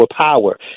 power